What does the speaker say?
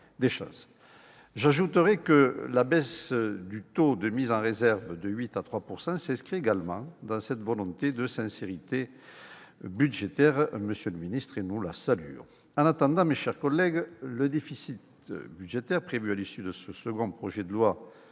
J'ajoute que la baisse du taux de mise en réserve de 8 % à 3 % s'inscrit également dans cette volonté de sincérité budgétaire, que nous saluons, monsieur le ministre. En attendant, mes chers collègues, le déficit budgétaire prévu à l'issue de ce second projet de loi